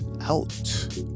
out